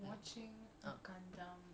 drama